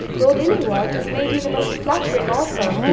lord illingworth has made you the most flattering offer,